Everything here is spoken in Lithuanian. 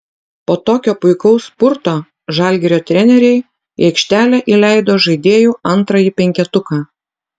po tokio puikaus spurto žalgirio treneriai į aikštelę įleido žaidėjų antrąjį penketuką